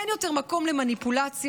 אין יותר מקום למניפולציות,